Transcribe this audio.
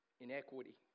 inequity